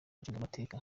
nshingamateka